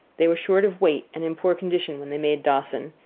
they were short of weight and in poor condition when they made dawson,